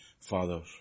Father